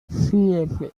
siete